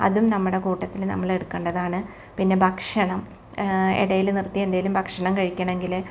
അതും നമ്മടെ കൂട്ടത്തിൽ നമ്മൾ എടുക്കേണ്ടതാണ് പിന്നെ ഭക്ഷണം ഇടയിൽ നിർത്തി എന്തേലും ഭക്ഷണം കഴിക്കണെമെങ്കിൽ